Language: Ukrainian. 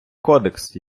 кодекс